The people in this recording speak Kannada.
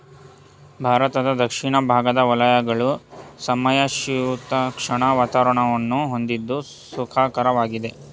ಭಾರತದ ದಕ್ಷಿಣ ಭಾಗದ ವಲಯಗಳು ಸಮಶೀತೋಷ್ಣ ವಾತಾವರಣವನ್ನು ಹೊಂದಿದ್ದು ಸುಖಕರವಾಗಿದೆ